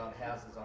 houses